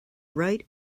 bright